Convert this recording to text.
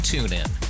TuneIn